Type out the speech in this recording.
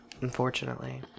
unfortunately